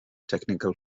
technical